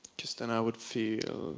just then i would feel,